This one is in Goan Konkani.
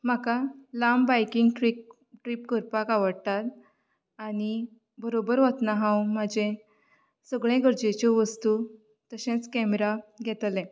म्हाका लांब बायकिंग ट्रिक ट्रिप करपाक आवडटात आनी बरोबर वतना हांव म्हाजे सगळ्यो गरजेच्यो वस्तू तशेंच कॅमरा घेतलें